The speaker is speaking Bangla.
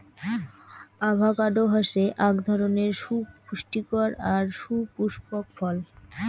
আভাকাডো হসে আক ধরণের সুপুস্টিকর আর সুপুস্পক ফল